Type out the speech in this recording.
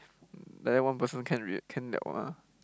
like that one person can read can [liao] ah